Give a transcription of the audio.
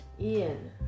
Ian